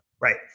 Right